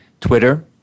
Twitter